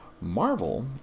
Marvel